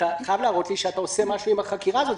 אתה חייב להראות לי שאתה עושה משהו עם החקירה הזאת.